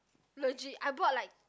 legit I bought like